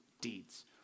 deeds